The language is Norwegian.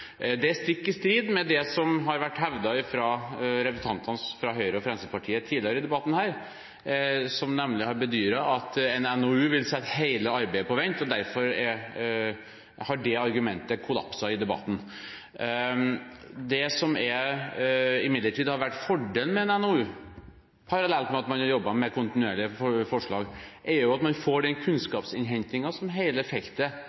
er stikk i strid med det som tidligere i denne debatten har blitt hevdet av representantene fra Høyre og Fremskrittspartiet, hvor de nemlig har bedyret at en NOU vil sette hele arbeidet på vent. Dermed har det argumentet kollapset i debatten. Det som imidlertid hadde vært fordelen med en NOU, parallelt med at man hadde jobbet kontinuerlig med forslag, er at man får den kunnskapsinnhentingen som hele feltet